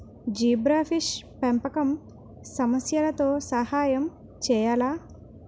Zebrafish పెంపకం సమస్యలతో సహాయం చేయాలా?